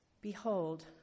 Behold